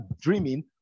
dreaming